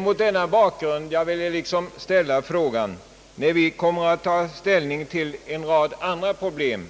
Mot den bakgrunden vill jag ställa frågan: Skall vi inte, när vi har att ta ställning till en rad andra problem,